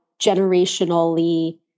generationally